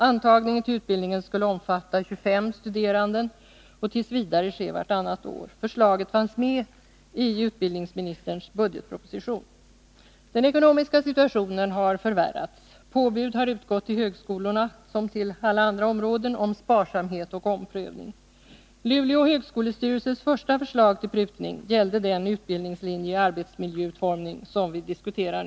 Antagningen till utbildningen skulle omfatta 25 studerande och t. v. ske vartannat år. Förslaget fanns med i utbildningsministerns avsnitt av budgetpropositionen. Den ekonomiska situationen har förvärrats. Påbud har utgått såväl till högskolorna som till alla andra institutioner om sparsamhet och omprövning. Luleå högskolestyrelses första förslag till prutning gällde den utbildningslinje för arbetsmiljöutformning som vi nu diskuterar.